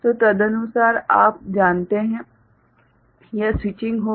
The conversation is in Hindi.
तो तदनुसार आप जानते हैं कि यह स्विचिंग होगी